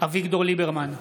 אביגדור ליברמן,